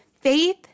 faith